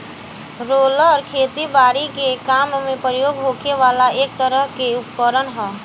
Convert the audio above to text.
roller खेती बारी के काम में प्रयोग होखे वाला एक तरह के उपकरण ह